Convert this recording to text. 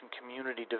community